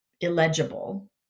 illegible